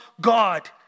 God